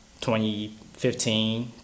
2015